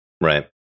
Right